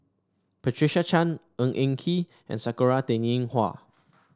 Patricia Chan Ng Eng Kee and Sakura Teng Ying Hua